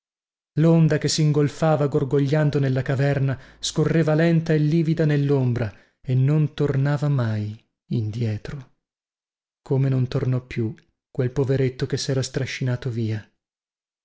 londa che singolfava gorgogliando nella caverna scorreva lenta e livida nellombra e non tornava mai indietro come non tornò più quel poveretto che sera strascinato via